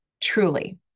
Truly